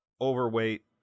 overweight